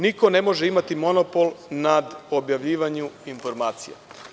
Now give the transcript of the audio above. Niko ne može imati monopol nad objavljivanjem informacija.